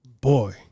Boy